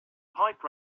pipe